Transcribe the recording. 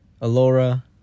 alora